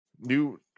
New